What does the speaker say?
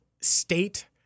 state